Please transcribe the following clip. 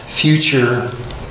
future